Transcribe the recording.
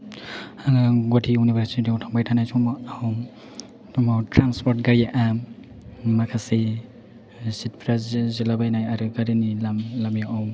आङो गुवाहाटी इउनिभारसिटि आव थांबाय थानाय समाव ट्रेन्सप'र्ट गारिया माखासे सिट फोरा जिलाबायनाय आरो गारिनि लामायाव